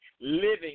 living